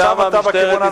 עכשיו אתה בכיוון.